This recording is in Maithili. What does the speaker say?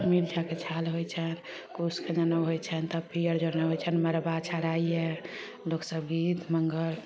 मृगक छाल होइ छनि कुशके जनेउ होइ छनि तब पियर जनेउ होइ छनि मड़बा छड़ाइए लोक सभ गीत मङ्गल